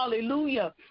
hallelujah